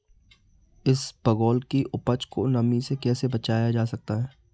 इसबगोल की उपज को नमी से कैसे बचाया जा सकता है?